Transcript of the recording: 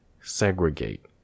segregate